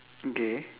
okay